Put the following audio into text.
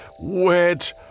wet